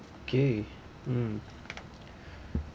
K mm